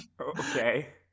Okay